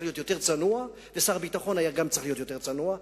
להיות יותר צנוע ושר הביטחון היה צריך גם להיות יותר צנוע,